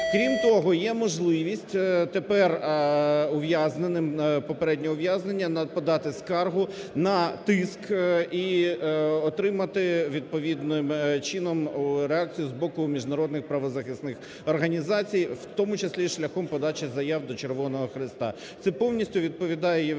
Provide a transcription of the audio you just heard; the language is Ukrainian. Крім того, є можливість тепер ув'язненим, попередньо ув'язненим подати скаргу на тиск і отримати відповідним чином реакцію з боку міжнародних правозахисних організацій, в тому числі і шляхом подачі заяв до Червоного Хреста. Це повністю відповідає